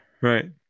right